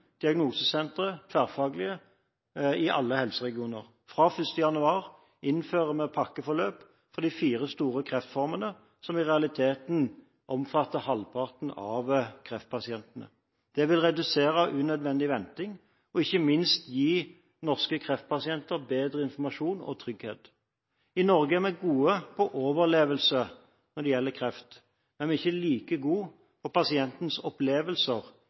diagnosesentre i alle helseregioner. Fra 1. januar innfører vi pakkeforløp for de fire store kreftformene, som i realiteten omfatter halvparten av kreftpasientene. Det vil redusere unødvendig venting og ikke minst gi norske kreftpasienter bedre informasjon og trygghet. I Norge er vi gode på overlevelse når det gjelder kreft, men vi er ikke like gode på pasientens opplevelser